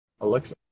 alexa